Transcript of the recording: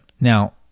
Now